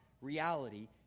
reality